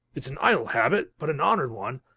it's an idle habit but an honored one.